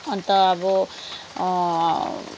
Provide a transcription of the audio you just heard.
अन्त अब